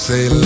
Say